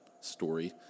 story